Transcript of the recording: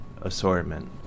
assortment